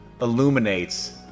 illuminates